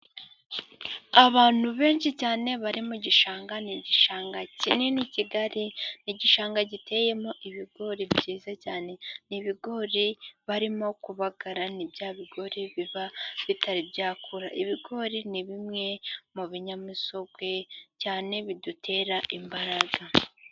Abantu benshi cyane bari mu gishanga. Ni igishanga kinini kigari. Ni igishanga giteyemo ibigori byiza cyane. Ni ibigori barimo kubagara. Ni bya bigori biba bitari byakura. Ibigori ni bimwe mu binyamisogwe cyane bidutera imbaraga.